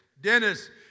Dennis